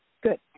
Good